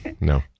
no